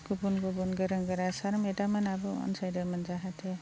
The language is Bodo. गुबुन गुबुन गोरों गोरा सार मेडाममोनाबो अनसायदोंमोन जाहाथे